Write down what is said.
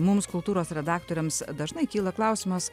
mums kultūros redaktoriams dažnai kyla klausimas